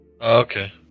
Okay